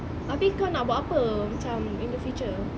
abeh kau nak buat apa macam in the future